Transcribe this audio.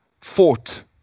fought